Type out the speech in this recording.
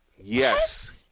Yes